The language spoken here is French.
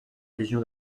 légion